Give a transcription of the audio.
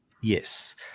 Yes